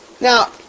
Now